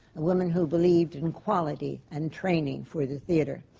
a woman who believed in quality and training for the theatre.